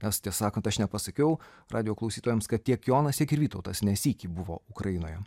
tiesą sakant aš nepasakiau radijo klausytojams kad tiek jonas tiek ir vytautas ne sykį buvo ukrainoje